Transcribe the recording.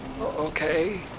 okay